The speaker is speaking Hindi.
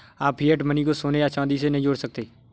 आप फिएट मनी को सोने या चांदी से नहीं जोड़ सकते